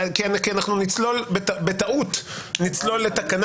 כי אנחנו נצלול בטעות נצלול לתקנה